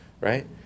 right